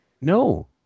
no